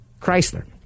Chrysler